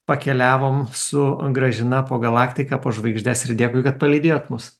pakeliavom su gražina po galaktiką po žvaigždes ir dėkui kad palydėjot mus